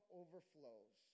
overflows